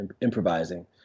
improvising